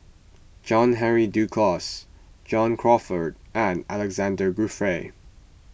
John Henry Duclos John Crawfurd and Alexander Guthrie